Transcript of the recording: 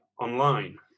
online